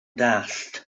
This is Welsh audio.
dallt